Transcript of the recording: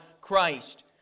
Christ